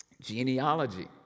Genealogy